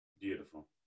Beautiful